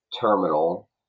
terminal